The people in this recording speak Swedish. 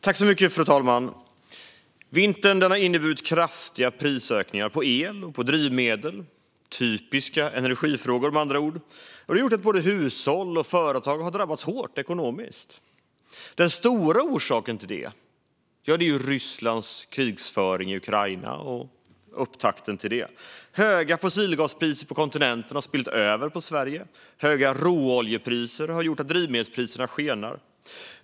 Fru talman! Vintern har inneburit kraftiga prisökningar på el och drivmedel - typiska energifrågor. Både hushåll och företag har drabbats hårt ekonomiskt. Den stora orsaken är Rysslands krigföring i Ukraina och upptakten till det. Höga fossilgaspriser på kontinenten har spillt över på Sverige, och höga råoljepriser har gjort att drivmedelspriserna skenar.